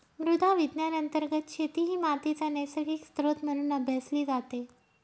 मृदा विज्ञान अंतर्गत शेती ही मातीचा नैसर्गिक स्त्रोत म्हणून अभ्यासली जाते